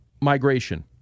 migration